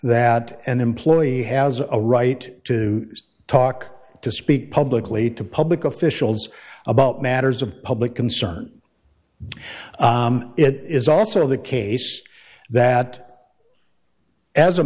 that an employee has a right to talk to speak publicly to public officials about matters of public concern it is also the case that as a